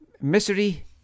Misery